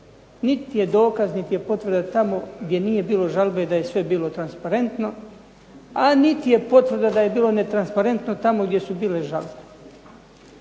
niti je dokaz, niti je potvrda tamo gdje nije bilo žalbe da je sve bilo transparentno, a niti je potvrda da je bilo netransparentno tamo gdje su bile žalbe,